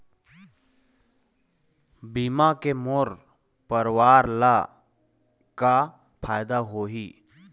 बीमा के मोर परवार ला का फायदा होही?